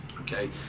okay